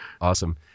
awesome